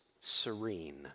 serene